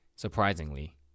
surprisingly